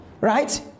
Right